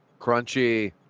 Crunchy